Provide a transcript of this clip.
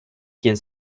quien